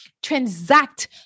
transact